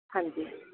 ਹਾਂਜੀ